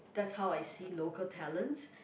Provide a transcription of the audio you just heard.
that's how I see local talents